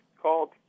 called